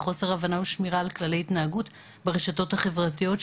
חוסר הבנה ושמירה על כללי התנהגות ברשתות החברתיות.